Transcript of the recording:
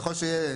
ככל שיהיה,